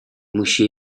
musi